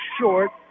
short